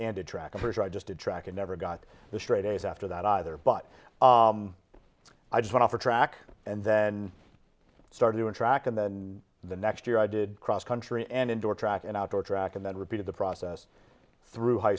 her i just did track and never got the straight a's after that either but i just went off a track and then i started doing track and then the next year i did cross country and indoor track and outdoor track and then repeated the process through high